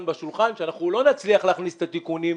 לא נצליח עוד עשר שנים.